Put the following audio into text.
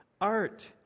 art